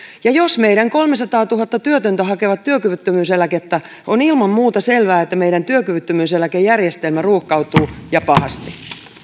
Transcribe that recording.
ja jos meidän kolmesataatuhatta työtöntä hakevat työkyvyttömyyseläkettä on ilman muuta selvää että meidän työkyvyttömyyseläkejärjestelmä ruuhkautuu ja pahasti